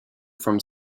from